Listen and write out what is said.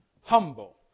humble